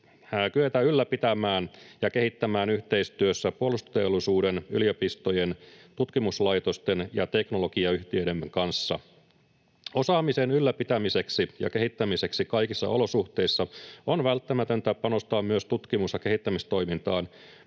kyetä ylläpitämään ja kehittämään yhteistyössä puolustusteollisuuden, yliopistojen, tutkimuslaitosten ja teknologiayhtiöidemme kanssa. Osaamisen ylläpitämiseksi ja kehittämiseksi kaikissa olosuhteissa on välttämätöntä panostaa myös tutkimus- ja kehittämistoimintaan